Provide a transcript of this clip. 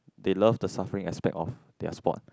they love the suffering aspect of their sport